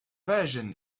version